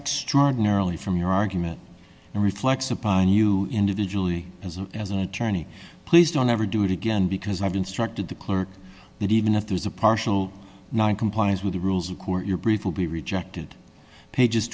extraordinarily from your argument and reflects upon you individually as a as an attorney please don't ever do it again because i've instructed the clerk that even if there is a partial noncompliance with the rules of court your brief will be rejected pages